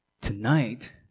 tonight